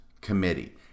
committee